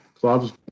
clubs